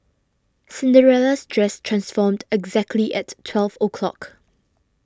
Cinderella's dress transformed exactly at twelve o'clock